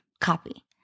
copy